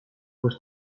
for